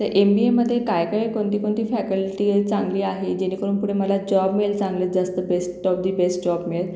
तर एमबीएमध्ये काय काय कोणती कोणती फॅकल्टी चांगली आहे जेणेकरून पुढे मला जॉब मिळेल चांगल्यात जास्त best of the best job मिळेल